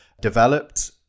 developed